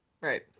Right